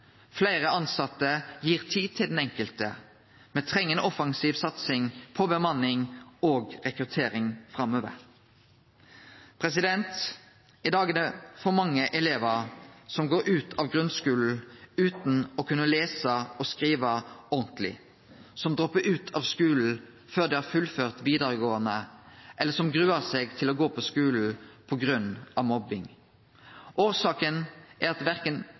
Fleire tilsette gir tid til den enkelte. Me treng ei offensiv satsing på bemanning og rekruttering framover. I dag er det for mange elevar som går ut av grunnskulen utan å kunne lese og skrive ordentlig, som droppar ut av skulen før dei har fullført vidaregåande, eller som gruer seg til å gå på skulen på grunn av mobbing. Årsaka er verken dårlege lærarar eller for få skuletimar, men at